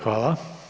Hvala.